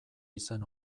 izen